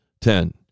Ten